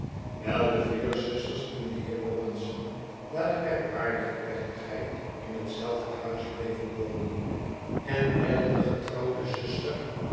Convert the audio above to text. de vier zusters en de heer robinson na de merkwaardige plechtigheid in hetzelfde huis bleven wonen en wijl de getrouwde zuster